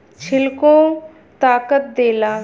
छिलको ताकत देला